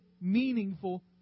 meaningful